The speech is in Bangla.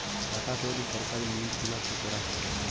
টাকা তৈরী সরকারি মিন্ট গুলাতে করা হতিছে